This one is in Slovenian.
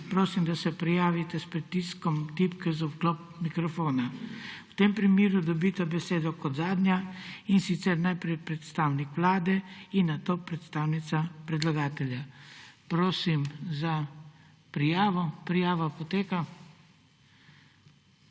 prosim, da se prijavita s pritiskom tipke za vklop mikrofona. V tem primeru dobita besedo kot zadnja, in sicer najprej predstavnik Vlade in na to predstavnica predlagatelja. Prosim za prijavo. Prijava poteka.